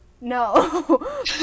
no